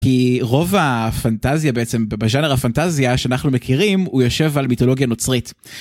כי רוב הפנטזיה בעצם בג'אנר הפנטזיה שאנחנו מכירים, הוא יושב על מיתולוגיה נוצרית.